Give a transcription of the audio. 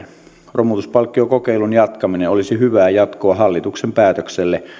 romutuspalkkiokokeilun jatkaminen olisi hyvää jatkoa hallituksen päätökselle